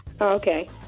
Okay